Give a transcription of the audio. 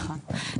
נכון.